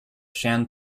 shan